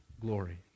glory